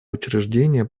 учреждение